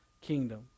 kingdom